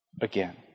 again